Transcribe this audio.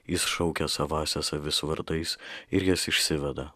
jis šaukia savąsias avis vardais ir jas išsiveda